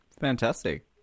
Fantastic